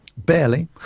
barely